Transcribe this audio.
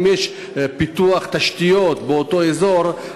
אם יש פיתוח תשתיות באותו אזור,